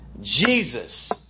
Jesus